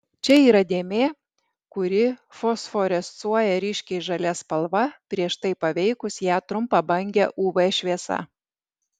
čia yra dėmė kuri fosforescuoja ryškiai žalia spalva prieš tai paveikus ją trumpabange uv šviesa